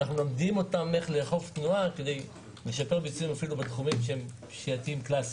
איך לאכוף תנועה כדי לשפר ביצועים אפילו בתחומים פשיעתיים קלאסיים.